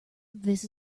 this